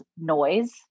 noise